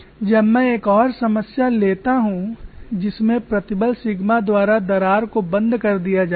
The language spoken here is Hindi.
जब मैं एक और समस्या लेता हूं जिसमें प्रतिबल सिग्मा द्वारा दरार को बंद कर दिया जाता है